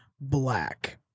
Black